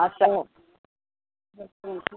आओर सब